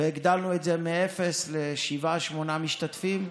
והגדלנו את זה מאפס לשבעה-שמונה משתתפים.